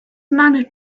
manner